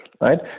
right